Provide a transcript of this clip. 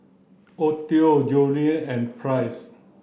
Audie Jolie and Price